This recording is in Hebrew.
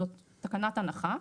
זו תקנת הנחה.